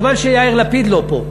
חבל שיאיר לפיד לא פה.